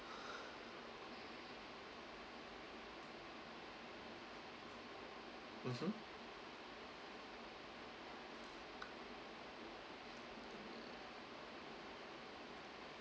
mmhmm